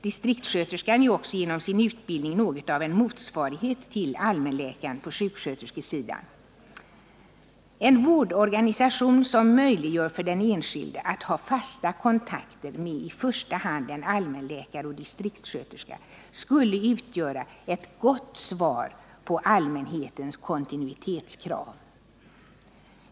Distriktssköterskan är också genom sin utbildning något av en motsvarighet till allmänläkaren på sjuksköterskesidan. En vårdorganisation som möjliggör för den enskilde att ha fasta kontakter med i första hand en allmänläkare och distriktssköterska skulle utgöra ett gott svar på allmänhetens kontinuitetskrav.